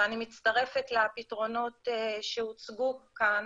ואני מצטרפת לפתרונות שהוצגו כאן